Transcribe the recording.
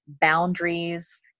boundaries